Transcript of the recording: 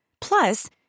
Plus